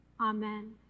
amen